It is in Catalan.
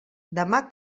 demà